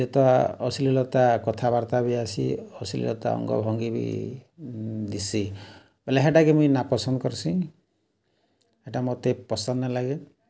ଅଶ୍ଲିଳତା କଥାବାର୍ତ୍ତା ବି ଆଏସି ଅଶ୍ଲିଳତା ଅଙ୍ଗ ଭଙ୍ଗି ବି ଦିଶ୍ସି ବେଲେ ହେଟାକେ ମୁଇଁ ନାପସନ୍ଦ୍ କର୍ସିଁ ହେଟା ମତେ ପସନ୍ଦ୍ ନାଇଲାଗେ